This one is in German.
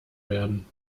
werden